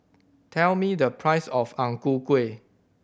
tell me the price of Ang Ku Kueh